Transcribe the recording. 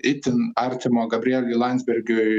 itin artimo gabrieliui landsbergiui